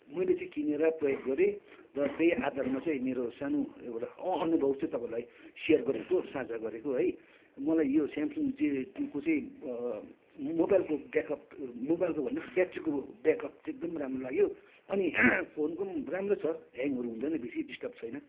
मैले चाहिँ किनेर प्रयोग गरेँ र त्यही आधारमा चाहिँ मेरो सानो एउटा अनुभव चाहिँ तपाईँलाई सेयर गरेको साझा गरेको हो है मलाई यो स्यामसङ जे टुको चाहिँ मोबाइलको ब्याकअप मोबाइलको भन्दा ब्याट्रीको ब्याकअप चाहिँ एकदम राम्रो लाग्यो अनि फोनको पनि राम्रो छ ह्याङहरू हुँदैन बेसी डिस्टर्ब छैन